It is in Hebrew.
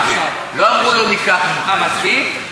לא אמרו לו: ניקח ממך את זה.